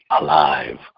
alive